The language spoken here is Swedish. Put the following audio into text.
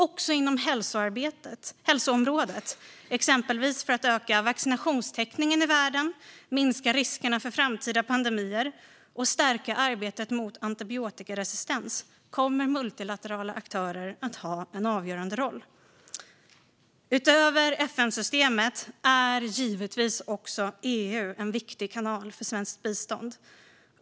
Även inom hälsoområdet, exempelvis för att öka vaccinationstäckningen i världen, minska riskerna för framtida pandemier och stärka arbetet mot antibiotikaresistens, kommer multilaterala aktörer att ha en avgörande roll. Utöver FN-systemet är givetvis EU en viktig kanal för svenskt bistånd.